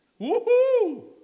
Woohoo